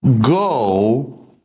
go